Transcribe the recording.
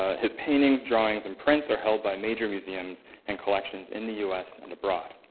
ah his paintings, drawings and prints are held by major museums and collections in the u s. and abroad.